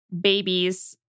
babies